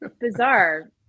bizarre